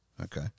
okay